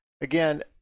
Again